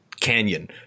canyon